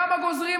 כמה גוזרים,